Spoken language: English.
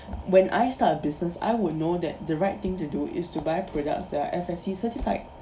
when I start a business I would know that the right thing to do is to buy products that are S_F_C certified